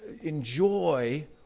enjoy